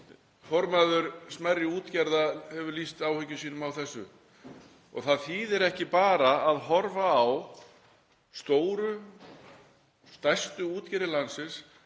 Formaður smærri útgerða hefur lýst áhyggjum sínum af þessu. Það þýðir ekki bara að horfa á stærstu útgerðir landsins